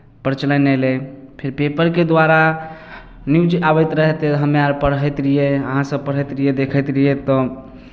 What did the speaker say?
प्रचलन अयलै फेर पेपरके द्वारा न्यूज आबैत रहय तऽ हमरा आर पढ़ैत रहियै अहाँसभ पढ़ैत रहियै देखैत रहियै तऽ